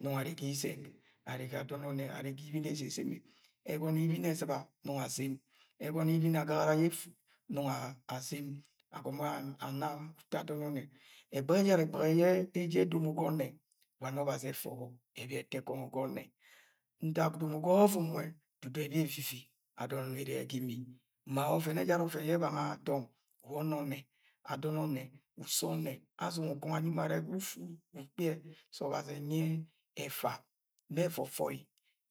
Nongo arre ga izeg, arre ga adon onne, arre ga ibin. Eseseme. Egono ibin ezɨba nongo asem, egono ibin agagara ye efu nongo asem, agomo ana ato adon onne Egbeghe jara egbe ghe ye eje edomo ga onne. Ntak domo ga ovovom nwe dudu ebi evivi adon onne me ere le ga immi. Ma oven ye ebanga dong wa onene, adon onne, uso onne asɨnge ukọnge anyi mo are se ufu ukpie. Se obazi enyi efa ma evovoi,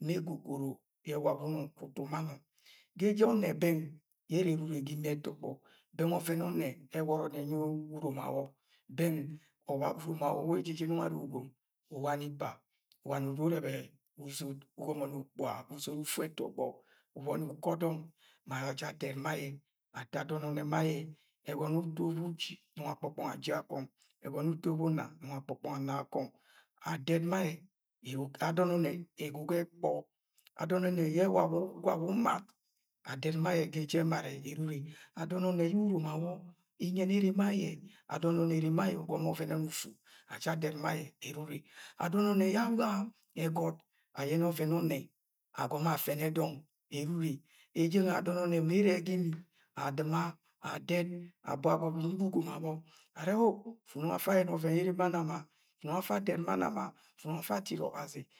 ma egogoro, ye wawe unons ugwo utu ma no. Ga eje onne beng, ye ere eru ure ga imi etogbo, bens oven onne eworo enyi urom awe beng urom awo ne nonge ejeje nongo arre ga ugom uwani ipa uju urebe uzot, ugomoni ukpuga uzot ufu eto gbo. Uboni uko dong. Wa aja adet ma ane ato adon onne ma aye. Eyono ye uto be uii, nonso alepo kpong aii ga akong. Egino ye nto be una, nongo akpokpons ans ga akong. Adet ma aye. Adon onne egwu ga ekpo adon onne ye wawo umae adet maaye ga eje ẹmara eru ure. Adon ọnne uromo a awọ, iyẹnẹ yẹ ere ma aye adon ọnnẹ ere ma ayẹ ugọmọ ọvẹnẹ ufu wa aja adẹt ma ayẹ. Adọ ọnnẹ yẹ awa ẹgọt ayẹnẹ ọvẹn ọnnẹ agọmọ afẹnẹ dọng eru ure. Eje nwẹ adon ọnnẹ me ere yẹ ga imi adɨma, adẹt abo agọbe inuk ugom arọ are o! fu nọngo afọ ayẹnẹ ọven ye ere ma nama! fu nongọ afa adẹt ma nam fu nongi afa adiri ọbazi.